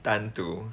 单独